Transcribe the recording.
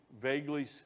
vaguely